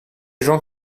gens